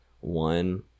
one